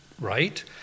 right